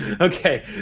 okay